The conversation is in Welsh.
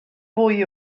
fwy